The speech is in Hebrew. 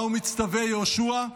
מה הוא מצטווה, יהושע?